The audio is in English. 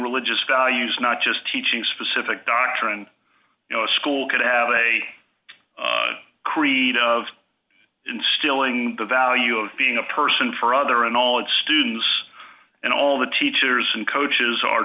religious values not just teaching specific doctrine you know a school could have a creed of instilling the value of being a person for other and all its students and all the teachers and coaches are